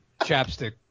chapstick